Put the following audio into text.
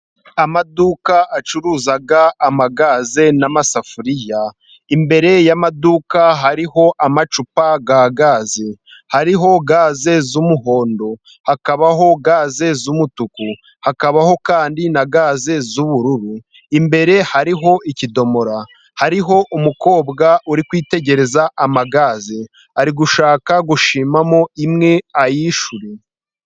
Amaduka acuruza amagaze n'amasafuriya. Imbere y'amaduka hariho amacupa ya gaze. Hariho gaze z'umuhondo. Hakabaho gaze z'umutuku. Hakabaho kandi na gaze z'ubururu. Imbere hariho ikidomora. Hariho umukobwa uri kwitegereza ama gaze. Ari gushaka gushimamo imwe ayishyure.